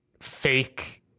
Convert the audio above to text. fake